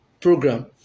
program